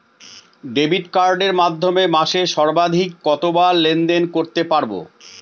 Debit কার্ডের মাধ্যমে মাসে সর্বাধিক কতবার লেনদেন করতে পারবো?